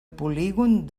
polígon